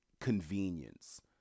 convenience